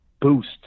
boost